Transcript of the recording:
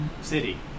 City